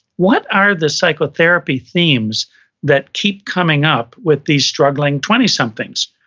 what are the psychotherapy themes that keep coming up with these struggling twenty somethings?